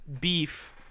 beef